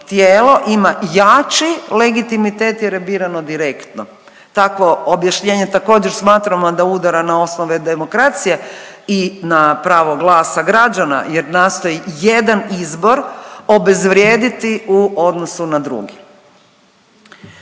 tijelo ima jači legitimitet jer je birano direktno. Takvo objašnjenje također smatramo da udara na osnove demokracije i na pravo glasa građana jer nastoji jedan izbor obezvrijediti u odnosu na drugi.